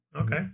Okay